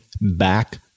back